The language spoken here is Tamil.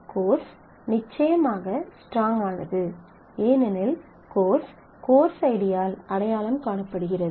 கோர்ஸ் நிச்சயமாக ஸ்ட்ராங் ஆனது ஏனெனில் கோர்ஸ் கோர்ஸ் ஐடியால் அடையாளம் காணப்படுகிறது